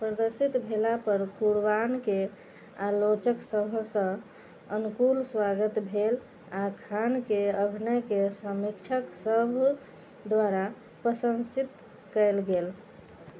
प्रदर्शित भेलापर कुरबानके आलोचक सभसँ अनुकूल स्वागत भेल आ खानके अभिनयके समीक्षक सभ द्वारा प्रशन्सित कएल गेल